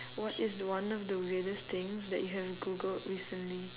what is one of the weirdest things that you have googled recently